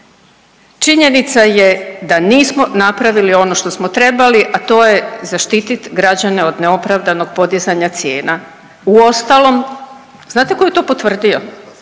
činjenica je da nismo napravili ono što smo trebali, a to je zaštititi građane od neopravdanog podizanja cijena. Uostalom, znate tko je to potvrdio?